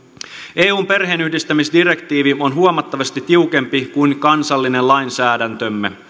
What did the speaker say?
eun perheenyhdistämisdirektiivi on huomattavasti tiukempi kuin kansallinen lainsäädäntömme